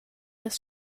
las